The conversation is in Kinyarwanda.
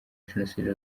jenoside